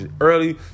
early